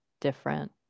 different